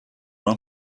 loin